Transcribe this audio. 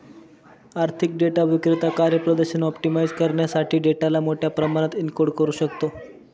आर्थिक डेटा विक्रेता कार्यप्रदर्शन ऑप्टिमाइझ करण्यासाठी डेटाला मोठ्या प्रमाणात एन्कोड करू शकतो